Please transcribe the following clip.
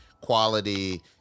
quality